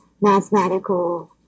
mathematical